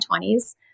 20s